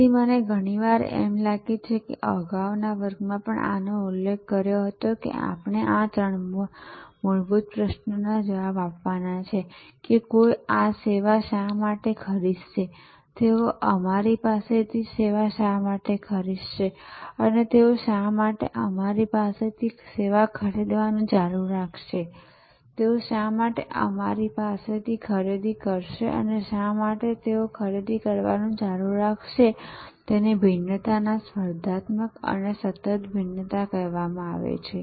તેથી મને ઘણી વાર લાગે છે કે મેં અગાઉના વર્ગમાં પણ આનો ઉલ્લેખ કર્યો હતો કે આપણે આ ત્રણ મૂળભૂત પ્રશ્નોના જવાબ આપવાના છે કે કોઈ આ સેવા શા માટે ખરીદશે તેઓ અમારી પાસેથી શા માટે ખરીદશે અને શા માટે તેઓ અમારી પાસેથી ખરીદવાનું ચાલુ રાખશે તેઓ શા માટે અમારી પાસેથી ખરીદી કરશે અને શા માટે તેઓ અમારી પાસેથી ખરીદી કરવાનું ચાલુ રાખશે તેને ભિન્નતા સ્પર્ધાત્મક અને સતત ભિન્નતા કહેવામાં આવે છે